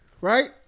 right